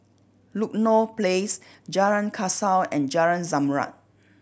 Ludlow Place Jalan Kasau and Jalan Zamrud